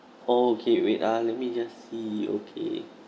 oh okay wait ah let me just see okay